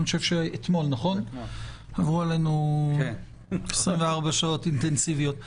עברו עלינו 24 שעות אינטנסיביות.